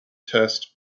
test